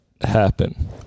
happen